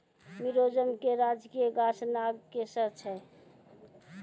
मिजोरम के राजकीय गाछ नागकेशर छै